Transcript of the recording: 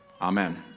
Amen